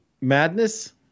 Madness